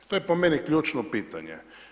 To je po meni ključno pitanje.